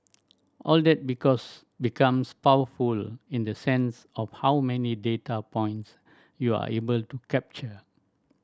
all that because becomes powerful in the sense of how many data points you are able to capture